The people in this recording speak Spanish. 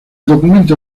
documento